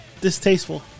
distasteful